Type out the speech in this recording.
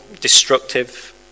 destructive